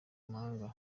mpaga